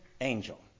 angel